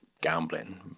gambling